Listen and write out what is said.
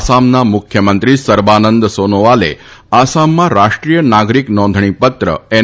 આસામના મુખ્યમંત્રી સર્બાનંદ સોનોવાલે આસામમાં રાષ્ટ્રીય નાગરિક નોંધણીપત્ર એન